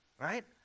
right